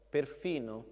Perfino